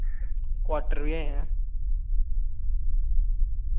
quarter बी ऐ